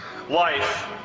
Life